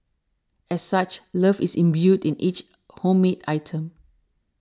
as such love is imbued in each homemade item